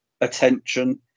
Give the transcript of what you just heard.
attention